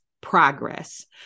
progress